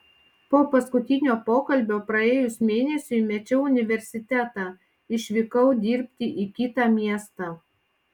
po paskutinio pokalbio praėjus mėnesiui mečiau universitetą išvykau dirbti į kitą miestą